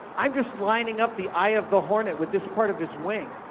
i'm just lining up the eye of the hornet with this part of his wing.